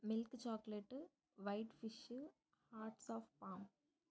milk chocolate whitefish hearts of palm